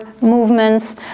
movements